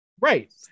Right